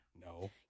No